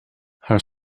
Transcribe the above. haar